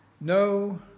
No